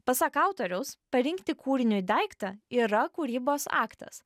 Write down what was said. pasak autoriaus parinkti kūriniui daiktą yra kūrybos aktas